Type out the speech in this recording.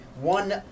One